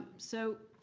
so